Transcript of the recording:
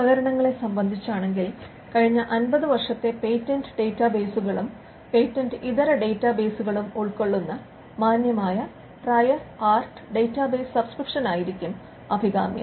ഉപകരണങ്ങളെ സംബന്ധിച്ചാണെങ്കിൽ കഴിഞ്ഞ 50 വർഷത്തെ പേറ്റന്റ് ഡാറ്റാബേസുകളും പേറ്റന്റ് ഇതര ഡാറ്റാബേസുകളും ഉൾകൊള്ളുന്ന മാന്യമായ പ്രയർ ആർട്ട് ഡാറ്റാബേസ് സബ്സ്ക്രിപ്ഷനായിരിക്കും അഭികാമ്യം